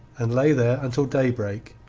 and lay there until daybreak.